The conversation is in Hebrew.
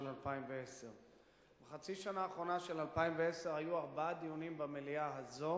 2010. בחצי שנה האחרונה של 2010 היו ארבעה דיונים במליאה הזו